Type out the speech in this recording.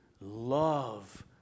love